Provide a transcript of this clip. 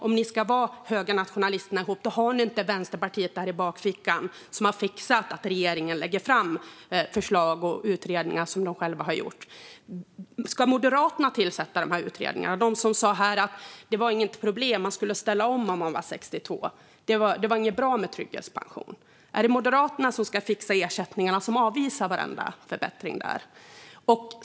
Om ni ska vara högernationalister ihop har ni inte Vänsterpartiet, som har fixat att regeringen lägger fram förslag och utredningar som de själva har gjort, i bakfickan nästa gång. Ska Moderaterna tillsätta dessa utredningar? De sa här att det inte är något problem; den som är 62 ska ställa om. Det är inte bra med trygghetspension. Är det Moderaterna, som avvisar varenda förbättring där, som ska fixa ersättningarna?